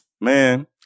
Man